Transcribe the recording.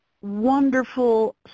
wonderful